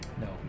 No